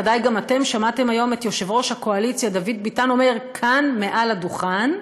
ודאי גם אתם שמעתם היום את יושב-ראש הקואליציה אומר כאן מעל הדוכן: